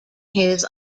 his